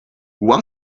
what